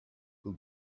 who